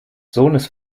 sohnes